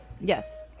Yes